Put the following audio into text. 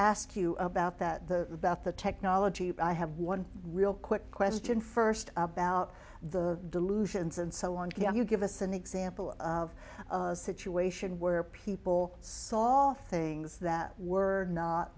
ask you about that the about the technology i have one real quick question first about the delusions and so on can you give us an example of a situation where people saw things that were